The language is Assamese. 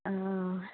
অঁ